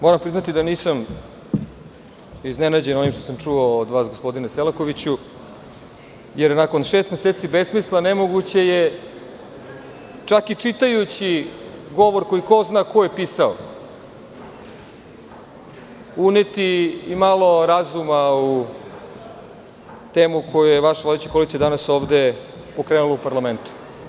Moram priznati da nisam iznenađen onim što sam čuo od vas, gospodine Selakoviću, jer nakon šest meseci besmisla, nemoguće je čak i čitajući govor koji ko zna koje pisao, uneti i malo razuma u temu u koju je vaša vodeća koalicija danas ovde pokrenula u parlamentu.